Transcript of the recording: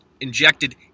injected